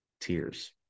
tears